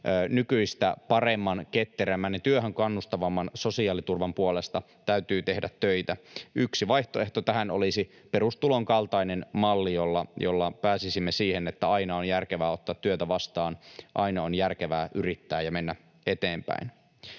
nykyistä paremman, ketterämmän ja työhön kannustavamman sosiaaliturvan puolesta täytyy tehdä töitä. Yksi vaihtoehto tähän olisi perustulon kaltainen malli, jolla pääsisimme siihen, että aina on järkevää ottaa työtä vastaan, aina on järkevää yrittää ja mennä eteenpäin.